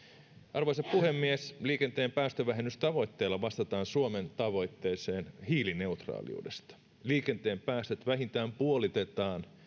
arvoisa puhemies liikenteen päästövähennystavoitteilla vastataan suomen tavoitteeseen hiilineutraaliudesta liikenteen päästöt vähintään puolitetaan